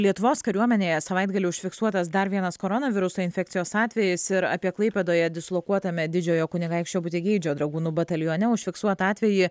lietuvos kariuomenėje savaitgalį užfiksuotas dar vienas koronaviruso infekcijos atvejis ir apie klaipėdoje dislokuotame didžiojo kunigaikščio butigeidžio dragūnų batalione užfiksuotą atvejį